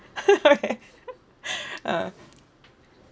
uh